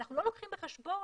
אנחנו לא לוקחים בחשבון,